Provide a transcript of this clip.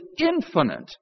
infinite